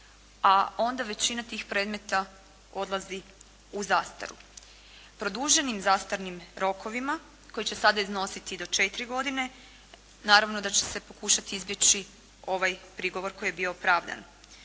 a onda većina tih predmeta odlazi u zastaru. Produženim zastarnim rokovima, koji će sada iznositi do 4 godine, naravno da će se pokušati izbjeći ovaj prigovor koji je bio opravdan.